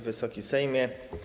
Wysoki Sejmie!